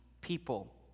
people